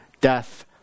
death